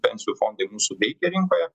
pensijų fondai mūsų veikia rinkoje